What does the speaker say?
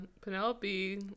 Penelope